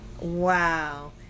Wow